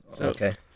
Okay